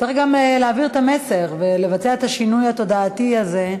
צריך גם להעביר את המסר ולבצע את השינוי התודעתי הזה,